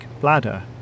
bladder